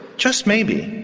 just maybe,